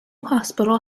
hospital